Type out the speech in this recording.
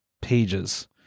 pages